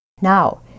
Now